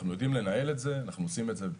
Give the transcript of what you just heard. אנחנו יודעים לנהל את זה, אנחנו עושים את זה.